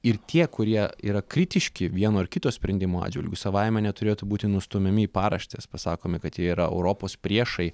ir tie kurie yra kritiški vieno ar kito sprendimo atžvilgiu savaime neturėtų būti nustumiami į paraštes pasakomi kad jie yra europos priešai